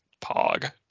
pog